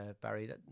Barry